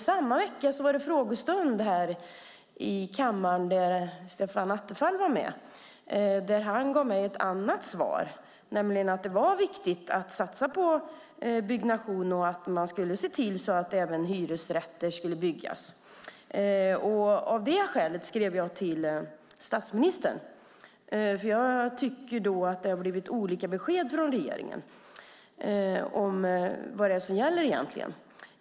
Samma vecka var det frågestund i kammaren där Stefan Attefall var med. Han gav mig ett annat svar, nämligen att det var viktigt att satsa på byggnation och att man skulle se till att även hyresrätter skulle byggas. Av det skälet skrev jag interpellationen till statsministern. Jag tycker då att det har kommit olika besked från regeringen om vad som gäller egentligen.